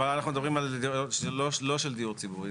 אבל אנחנו מדברים על דירות שהן לא של דיור ציבורי,